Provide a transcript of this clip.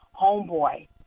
homeboy